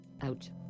ouch